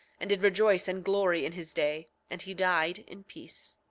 and did rejoice and glory in his day and he died in peace.